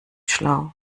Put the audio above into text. schlau